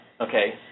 Okay